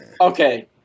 okay